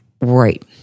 Right